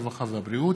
הרווחה והבריאות.